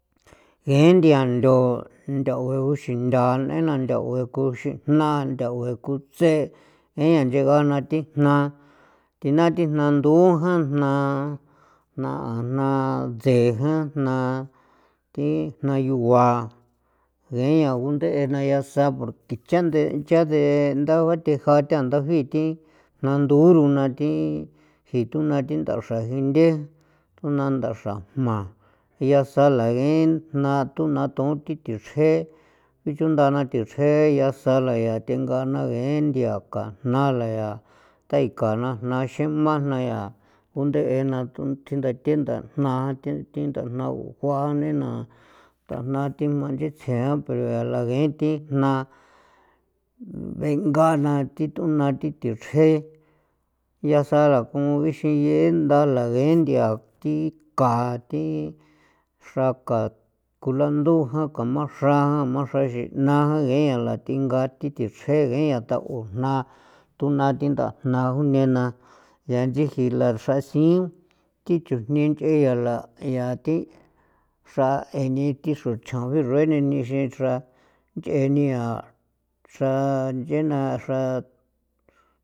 Ge nthia nthao nthaoe uxinthaa nena nthaoe kuxijna nthaoe kutse ngain nchegana thi jna naa thi jna ndujan jna jna jna tsee jan jna thi jna yugua ngeen yaa gunde'e na yaasa porque chandee chandedabathejaa thandajii thi jna nduuro na thi jituna thi ndaxra jinthe tunda na ndaxra jma yaasala geen jna to naton thi the thichrje bichunda na thichrje yaasala yaa thenga na ge nthia ka jna layaa tai ka jna jna xema na yaa junde'e na tunthjinde'e na ndajna thi thi ndajna jua nena ndajna thema inchitsjiin pero yaala ngee thi jna bengana thi thuna thi thichrje yaasala nguinxin yee ndala ngee nthia thi ka thi xra ka kulando jan, kamaxra kamaxra xijna kein yaala thinga thi thichrjen geña taun jna thon naa thi ndajna juine na yaa inchi jii laxra siin thi chujni nch'e yaala yaa thi xraeni thi xro chjan barue ni nixre xra nch'eni yaa xra nch'e na xra.